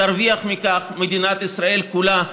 תרוויח מכך מדינת ישראל כולה,